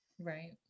Right